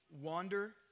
wander